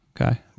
Okay